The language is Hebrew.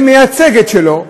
כמייצגת שלו,